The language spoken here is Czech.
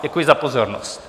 Děkuji za pozornost.